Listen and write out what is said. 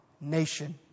nation